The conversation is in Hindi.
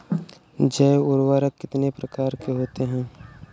जैव उर्वरक कितनी प्रकार के होते हैं?